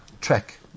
track